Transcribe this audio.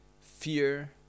fear